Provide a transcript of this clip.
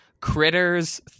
Critters